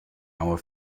our